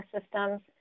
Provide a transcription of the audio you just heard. systems